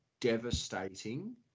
devastating